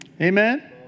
Amen